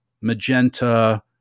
magenta